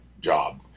job